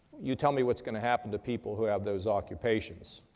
you tell me what's going to happen to people who have those occupations.